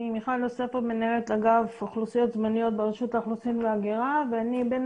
אני מנהלת אגף אוכלוסיות זמניות ברשות האוכלוסין וההגירה ובין